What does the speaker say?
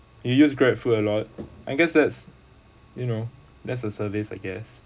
you use grab food a lot I guess that's you know that's a service I guess